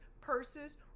purses